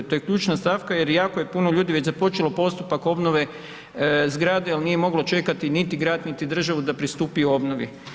To je ključna stavka jer jako je puno ljudi već započelo postupak obnove zgrade jel nije moglo čekati niti grad, niti državu da pristupi obnovi.